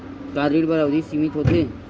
का ऋण बर अवधि सीमित होथे?